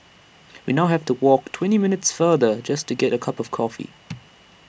we now have to walk twenty minutes farther just to get A cup of coffee